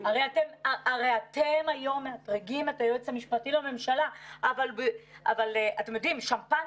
הרי אתם היום מאתרגים את היועץ המשפטי לממשלה אבל אתם יודעים שמפניות,